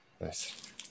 Nice